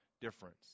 difference